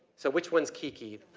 so which one's kiki?